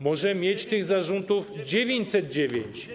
Może mieć tych zarzutów 909.